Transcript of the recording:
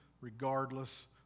regardless